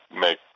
make